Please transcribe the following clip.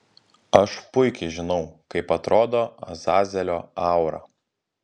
aš puikiai žinau kaip atrodo azazelio aura